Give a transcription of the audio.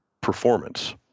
performance